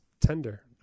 tender